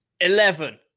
Eleven